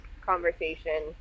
conversation